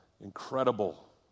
Incredible